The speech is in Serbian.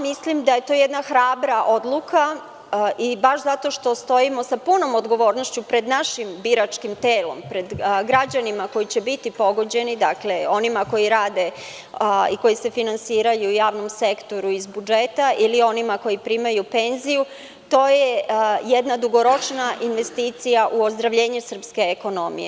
Mislim da je to jedna hrabra odluka i baš zato što stojimo sa punom odgovornošću pred našim biračkim telom, pred građanima koji će biti pogođeni, onima koji rade i koji se finansiraju u javnom sektoru iz budžeta ili onima koji primaju penziju, to je jedna dugoročna investicija u ozdravljenje srpske ekonomije.